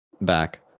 back